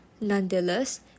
Nonetheless